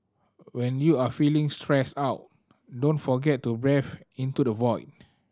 when you are feeling stressed out don't forget to breathe into the void